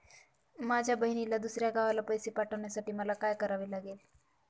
माझ्या बहिणीला दुसऱ्या गावाला पैसे पाठवण्यासाठी मला काय करावे लागेल?